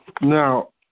now